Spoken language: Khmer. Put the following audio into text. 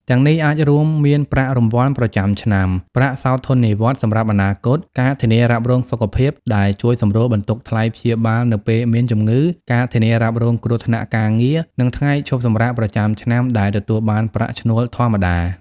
ទាំងនេះអាចរួមមានប្រាក់រង្វាន់ប្រចាំឆ្នាំ ប្រាក់សោធននិវត្តន៍សម្រាប់អនាគត ការធានារ៉ាប់រងសុខភាពដែលជួយសម្រួលបន្ទុកថ្លៃព្យាបាលនៅពេលមានជំងឺ ការធានារ៉ាប់រងគ្រោះថ្នាក់ការងារ និងថ្ងៃឈប់សម្រាកប្រចាំឆ្នាំ ដែលទទួលបានប្រាក់ឈ្នួលធម្មតា។